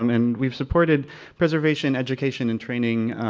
um and we've supported preservation education and training